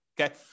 Okay